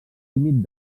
límit